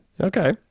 Okay